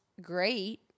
great